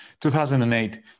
2008